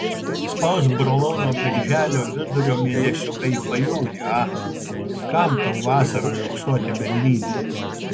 spausk brolau nuo birželio vidurio mėnesiuką į pajūrį a kam tau vasarą riogsoti berlyne